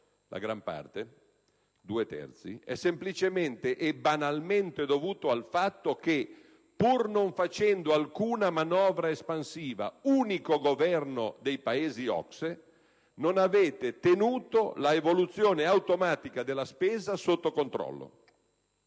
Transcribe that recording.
la gran parte, due terzi, è semplicemente e banalmente dovuto al fatto che, pur non facendo alcuna manovra espansiva (unico Governo dei Paesi OCSE), non avete tenuto l'evoluzione automatica della spesa sotto controllo.